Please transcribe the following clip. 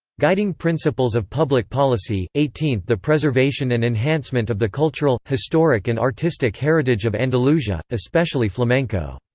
guiding principles of public policy eighteenth the preservation and enhancement of the cultural, historic and artistic heritage of andalusia, especially flamenco.